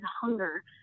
hunger